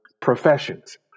professions